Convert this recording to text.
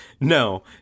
No